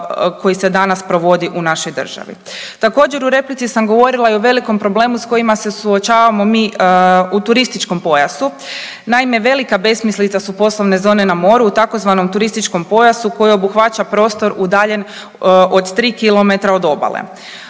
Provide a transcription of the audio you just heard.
koji se danas provodi u našoj državi. Također u replici sam govorila o velikom probelmu s kojima se suočavamo mi u turističkom pojasu. Naime, velika besmislica su poslovne zone na moru u tzv. turističkom pojasu koji obuhvaća prostor udaljen 3 km od obale.